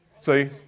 See